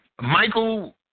Michael